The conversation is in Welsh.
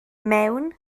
mewn